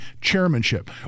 chairmanship